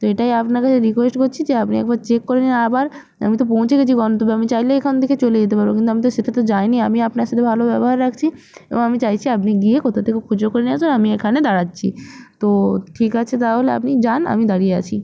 তো এটাই আপনাকে রিকোয়েস্ট করছি যে আপনি একবার চেক করে নিন আবার আমি তো পৌঁছে গেছি গন্তব্যে আমি চাইলেই এখান থেকে চলে যেতে পারবো কিন্তু আমি তো সেটা তো যাই নি আমি আপনার সাথে ভালো ব্যবহার রাখছি এবং আমি চাইছি আপনি গিয়ে কোথা থেকে খুচরো করে নিয়ে আসুন আমি এখানে দাঁড়াচ্ছি তো ঠিক আছে তাহলে আপনি যান আমি দাঁড়িয়ে আছি